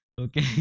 Okay